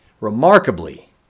Remarkably